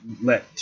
let